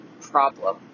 problem